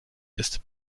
ist